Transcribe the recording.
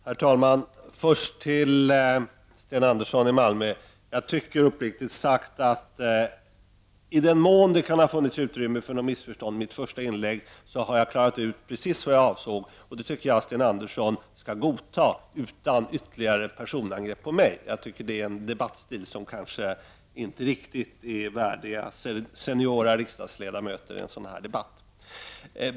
Herr talman! Jag vill först till Sten Andersson i Malmö säga att jag uppriktigt sagt tycker att jag, i den mån det kan ha funnits utrymme för något missförstånd i mitt första inlägg, ändå har klarat ut precis vad jag avsåg. Det tycker jag att Sten Andersson skall godta utan ytterligare personangrepp på mig. Jag tycker att det är en debattstil som kanske inte riktigt är värdig äldre riksdagsledamöter i en riksdagsdebatt.